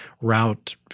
route